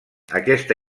aquesta